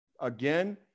again